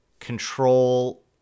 Control